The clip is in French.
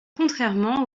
contrairement